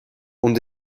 und